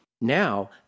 Now